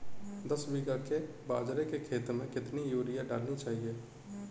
दस बीघा के बाजरे के खेत में कितनी यूरिया डालनी चाहिए?